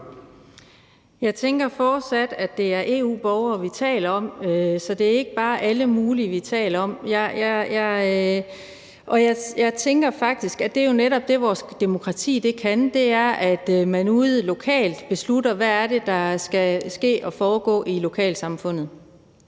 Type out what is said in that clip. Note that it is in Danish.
Jeg tænker fortsat, at det fortsat er EU-borgere, vi taler om. Så det er ikke bare alle mulige, vi taler om. Jeg tænker faktisk, at det jo netop er det, vores demokrati kan. Det er, at man ude lokalt beslutter, hvad det er, der skal foregå i lokalsamfundet.